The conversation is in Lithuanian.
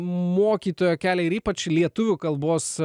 mokytojo kelią ir ypač lietuvių kalbos